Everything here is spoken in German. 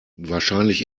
wahrscheinlich